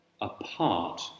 apart